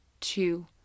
two